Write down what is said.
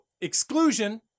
exclusion